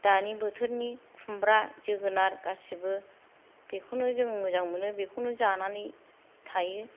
दानि बोथोरनि खुमब्रा जोगोनार गासिबो बेखौनो जों मोजां मोनो बेखौनो जानानै थायो